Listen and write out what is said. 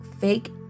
fake